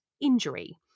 injury